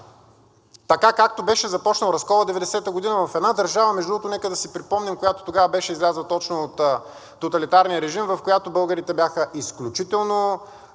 така, както беше започнал разколът 1990 г. В една държава, между другото, нека да си припомним, която тогава беше излязла точно от тоталитарния режим, в която българите бяха изключително